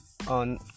on